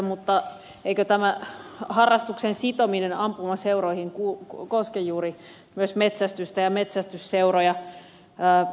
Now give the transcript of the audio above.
mutta eikö tämä harrastuksen sitominen ampumaseuroihin koske juuri myös metsästystä ja metsästysseuroja